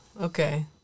okay